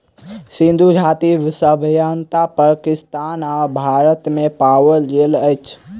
सिंधु घाटी सभ्यता पाकिस्तान आ भारत में पाओल गेल अछि